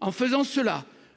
En agissant ainsi,